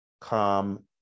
calm